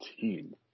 team